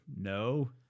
no